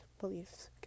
beliefs